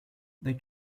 they